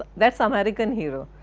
that's american hero.